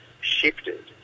shifted